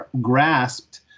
grasped